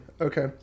okay